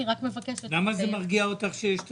אני רק מבקשת --- למה זה מרגיע אותך שיש תקציב?